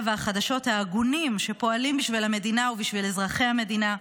והחדשות ההגונים שפועלים בשביל המדינה ובשביל אזרחי המדינה,